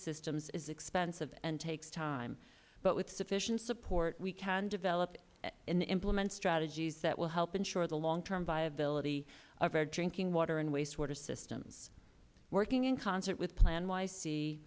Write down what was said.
systems is expensive and takes time but with sufficient support we can develop and implement strategies that will help ensure the long term viability of our drinking water and wastewater systems working in concert with plan